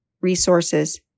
Resources